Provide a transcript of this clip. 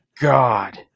God